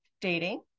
dating